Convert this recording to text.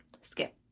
skip